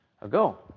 ago